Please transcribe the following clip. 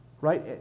Right